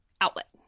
outlet